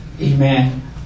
Amen